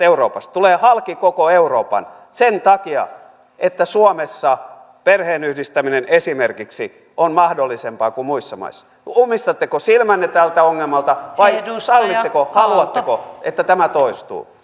euroopasta tulevat halki koko euroopan sen takia että suomessa perheenyhdistäminen esimerkiksi on mahdollisempaa kuin muissa maissa ummistatteko silmänne tältä ongelmalta vai sallitteko haluatteko että tämä toistuu